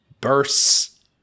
bursts